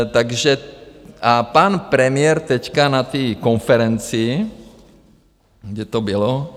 Takže a pan premiér teď na té konferenci, kde to bylo?